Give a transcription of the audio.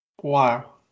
Wow